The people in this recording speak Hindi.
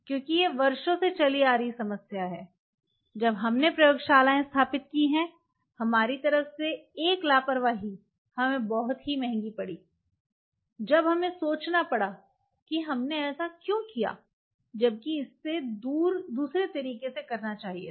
क्योंकि यह वर्षों से चली आ रही समस्या है जब हमने प्रयोगशालाएँ स्थापित की हैं हमारी तरफ से एक लापरवाही हमें बहुत ही महंगी पड़ी जब हमें सोचना पड़ा कि हमने ऐसा क्यों किया जब कि इसे दूसरे तरीके से करना चाहिए था